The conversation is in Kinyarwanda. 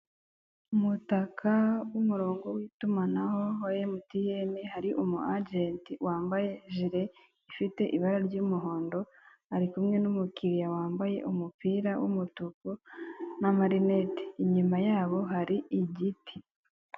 Umutaka w'umurongo w'itumanaho wa Emutiyene, hari umu agenti wambaye jire ifite ibara ry'umuhondo. Ari kumwe n'umukiriya wambaye umupira w'umutuku n' marineti. Inyuma yabo hari igiti.